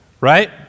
right